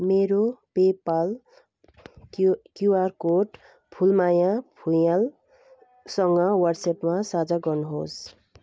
मेरो PayPal Q Q R code Phulmaya फुँयालसँग वाट्सएपमा साझा गर्नुहोस्